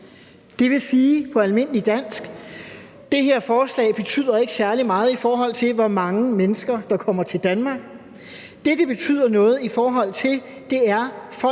Det vil på almindelig dansk sige, at det her forslag ikke betyder særlig meget, i forhold til hvor mange mennesker der kommer til Danmark. Det, det betyder noget i forhold til, er, at folk,